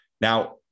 Now